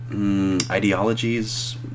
ideologies